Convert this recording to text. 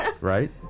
Right